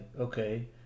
Okay